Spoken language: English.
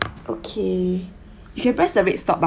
okay you can press the red stop